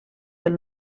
del